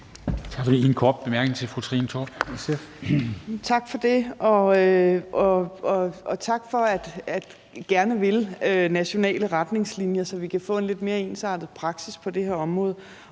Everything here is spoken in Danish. til fru Trine Torp, SF. Kl. 11:04 Trine Torp (SF): Tak for det, og tak for gerne at ville indføre nationale retningslinjer, så vi kan få en lidt mere ensartet praksis på det her område.